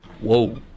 Whoa